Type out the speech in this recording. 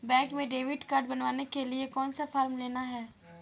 Bank में debit card बनवाने के लिए कौन सा फॉर्म लेना है?